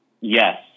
Yes